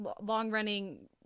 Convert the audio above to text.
long-running